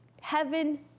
Heaven